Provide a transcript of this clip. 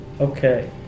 Okay